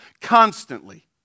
constantly